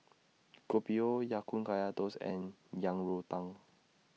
Kopi O Ya Kun Kaya Toast and Yang Rou Tang